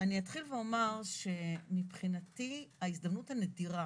אני אתחיל ואומר שמבחינתי ההזדמנות הנדירה